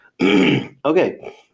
okay